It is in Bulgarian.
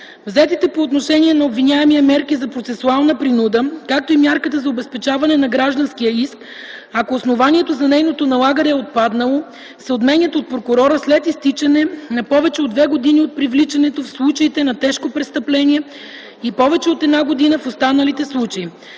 Взетите по отношение на обвиняемия мерки за процесуална принуда, както и мярката за обезпечаване на гражданския иск, ако основанието за нейното налагане е отпаднало, се отменят от прокурора след изтичане на повече от две години от привличането в случаите на тежко престъпление и повече от една година – в останалите случаи.